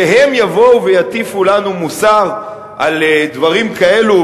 שהם יבואו ויטיפו לנו מוסר על דברים כאלו?